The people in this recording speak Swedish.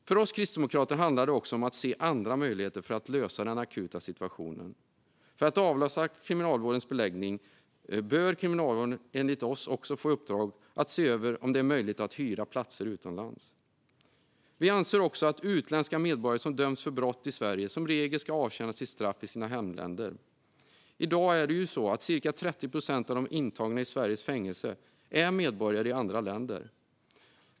För oss kristdemokrater handlar det också om att se andra möjligheter för att lösa den akuta situationen. För att avlasta beläggningen bör Kriminalvården enligt oss också få i uppdrag att se över om det är möjligt att hyra platser utomlands. Vi anser också att utländska medborgare som döms för brott i Sverige som regel ska avtjäna sitt straff i sina hemländer. I dag är cirka 30 procent av de intagna i Sveriges fängelser är medborgare i andra länder.